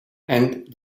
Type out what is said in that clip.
and